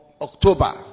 October